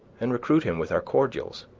and recruit him with our cordials,